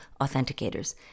authenticators